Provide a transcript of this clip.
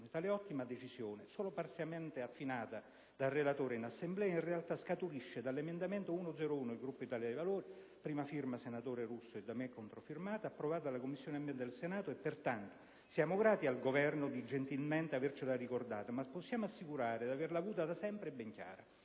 Tale ottima decisione, solo parzialmente affinata dal relatore in Assemblea, in realtà scaturisce dall'emendamento 1.0.1 del Gruppo dell'Italia dei Valori, a prima firma del senatore Russo e da me cofirmato, approvato dalla Commissione ambiente del Senato. Siamo pertanto grati al Governo di avercela gentilmente ricordata, ma possiamo assicurare di averla avuta da sempre ben chiara.